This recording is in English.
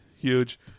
huge